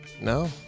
No